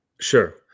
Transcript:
Sure